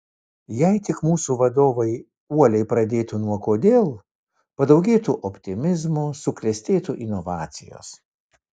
jei tik mūsų vadovai uoliai pradėtų nuo kodėl padaugėtų optimizmo suklestėtų inovacijos